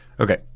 Okay